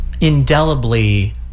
indelibly